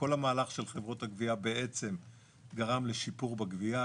כל המהלך של חברות הגבייה גרם לשיפור בגבייה,